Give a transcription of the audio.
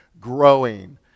growing